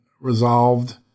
resolved